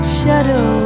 shadow